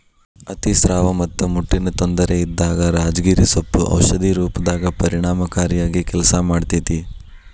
ಅತಿಸ್ರಾವ ಮತ್ತ ಮುಟ್ಟಿನ ತೊಂದರೆ ಇದ್ದಾಗ ರಾಜಗಿರಿ ಸೊಪ್ಪು ಔಷಧಿ ರೂಪದಾಗ ಪರಿಣಾಮಕಾರಿಯಾಗಿ ಕೆಲಸ ಮಾಡ್ತೇತಿ